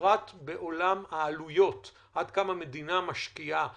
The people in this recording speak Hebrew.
בפרט בעולם העלויות, עד כמה מדינה משקיעה בהגנה,